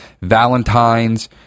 Valentine's